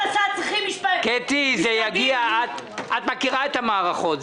קטי, את מכירה את המערכות.